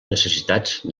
necessitats